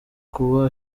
kuba